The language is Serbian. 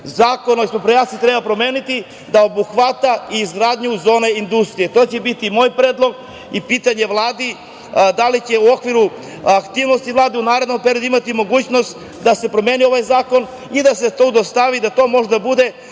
o eksproprijaciji treba promeniti, da obuhvata i izgradnju zone industrije. To će biti moj predlog. Pitanje Vladi – da li će u okviru aktivnosti Vlade u narednom periodu postojati mogućnost da se promeni ovaj zakon i da se tu stavi da to može da bude